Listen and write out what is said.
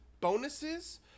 bonuses